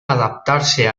adaptarse